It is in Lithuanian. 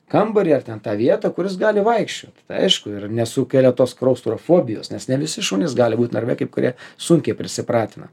kambarį ar ten tą vietą kur jis gali vaikščiot tai aišku ir nesukelia tos klaustrofobijos nes ne visi šunys gali būti narve kaip kurie sunkiai prisipratina